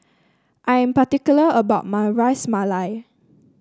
I am particular about my Ras Malai